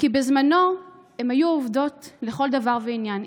כי בזמנו הן היו עובדות לכל דבר ועניין,